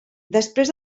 després